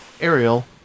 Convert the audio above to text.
Ariel